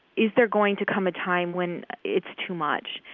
is there going to come a time when it's too much?